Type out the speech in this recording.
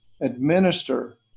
administer